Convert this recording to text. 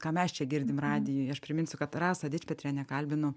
ką mes čia girdim radijuj aš priminsiu kad rasą dičpetrienę kalbinu